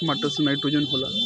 टमाटर मे नाइट्रोजन होला?